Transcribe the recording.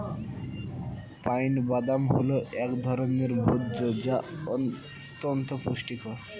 pine বাদাম হল এক ধরনের ভোজ্য যা অত্যন্ত পুষ্টিকর